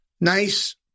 Nice